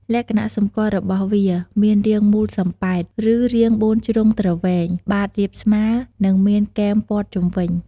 លក្ខណៈសម្គាល់របស់វា មានរាងមូលសំប៉ែត ឬរាងបួនជ្រុងទ្រវែង បាតរាបស្មើ និងមានគែមព័ទ្ធជុំវិញ។